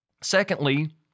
Secondly